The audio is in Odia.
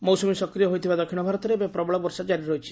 ମୌସୁମୀ ସକ୍ରିୟ ହୋଇଥିବା ଦକ୍ଷିଣଭାରତରେ ଏବେ ପ୍ରବଳ ବର୍ଷା ଜାରି ରହିଛି